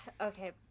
Okay